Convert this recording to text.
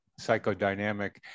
psychodynamic